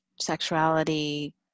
sexuality